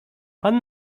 pan